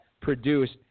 produced